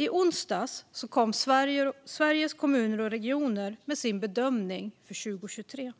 I onsdags kom Sveriges Kommuner och Regioner med sin bedömning för 2023.